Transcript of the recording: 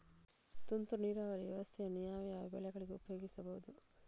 ತುಂತುರು ನೀರಾವರಿ ವ್ಯವಸ್ಥೆಯನ್ನು ಯಾವ್ಯಾವ ಬೆಳೆಗಳಿಗೆ ಉಪಯೋಗಿಸಬಹುದು?